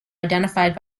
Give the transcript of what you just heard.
identified